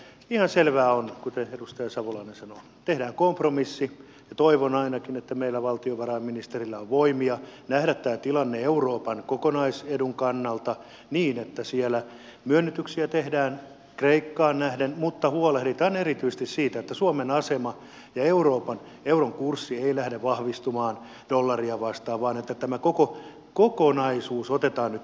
ihan selvää on kuten edustaja salolainen sanoi tehdään kompromissi ja toivon ainakin että meillä valtiovarainministerillä on voimia nähdä tämä tilanne euroopan kokonaisedun kannalta niin että siellä myönnytyksiä tehdään kreikkaan nähden mutta huolehditaan erityisesti suomen asemasta ja siitä että euron kurssi ei lähde vahvistumaan dollaria vastaan vaan että tämä koko kokonaisuus otetaan nyt huomioon